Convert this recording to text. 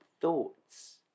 thoughts